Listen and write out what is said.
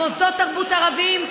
מוסדות תרבות ערביים,